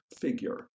figure